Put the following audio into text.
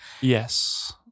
Yes